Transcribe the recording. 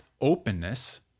openness